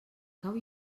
cau